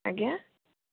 ଆଜ୍ଞା